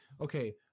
okay